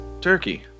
turkey